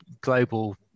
global